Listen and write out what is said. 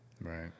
Right